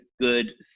good